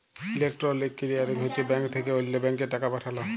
electronic clearing হছে bank থ্যাকে অল্য ব্যাংকে টাকা পাঠাল